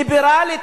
ליברלית,